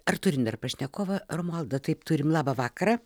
ar turim dar pašnekovą romualda taip turim labą vakarą